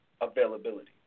availability